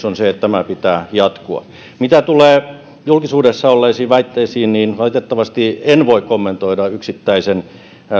on se että tämän pitää jatkua mitä tulee julkisuudessa olleisiin väitteisiin niin valitettavasti en voi kommentoida yksittäisen